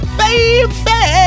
baby